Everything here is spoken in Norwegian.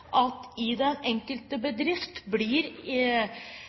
det i den enkelte bedrift blir